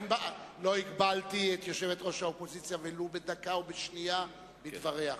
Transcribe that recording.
לא הגבלתי את יושבת-ראש האופוזיציה ולו בדקה או בשנייה בדבריה,